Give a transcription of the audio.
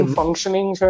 functioning